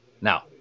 Now